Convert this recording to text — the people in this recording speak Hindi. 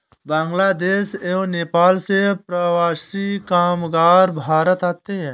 बांग्लादेश एवं नेपाल से प्रवासी कामगार भारत आते हैं